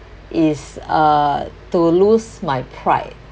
is uh to lose my pride